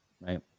Right